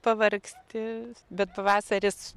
pavargsti bet pavasaris